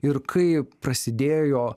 ir kai prasidėjo